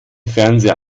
fernseher